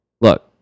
Look